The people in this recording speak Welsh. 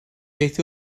beth